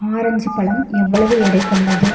orange பழம் எவ்வளவு எடை கொண்டது